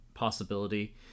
possibility